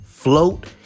float